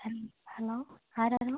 hello hello ആരായിരുന്നു